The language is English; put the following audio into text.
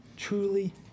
Truly